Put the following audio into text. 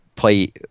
play